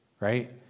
right